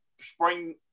spring